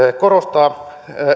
korostaa